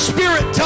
Spirit